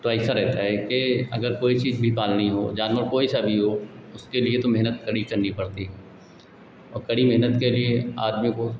तो ऐसा रहता है कि अगर कोई चीज़ भी पालनी हो जानवर कोई सा भी हो उसके लिए तो मेहनत कड़ी करनी पड़ती है और कड़ी मेहनत के लिए आदमी को